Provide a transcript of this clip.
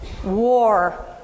War